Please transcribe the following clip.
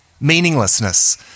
meaninglessness